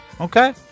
Okay